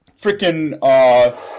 freaking